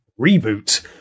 reboot